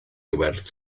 werth